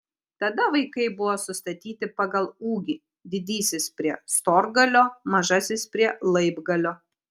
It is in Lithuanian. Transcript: tada vaikai buvo sustatyti pagal ūgį didysis prie storgalio mažasis prie laibgalio